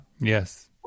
yes